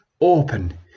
open